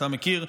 אתה מכיר.